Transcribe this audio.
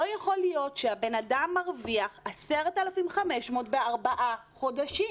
לא יכול להיות שהבן אדם מרוויח 10,500 שקלים בארבעה חודשים.